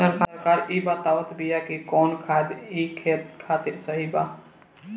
सरकार इहे बतावत बिआ कि कवन खादर ई खेत खातिर सही बा